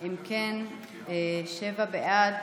אם כן, שבעה בעד,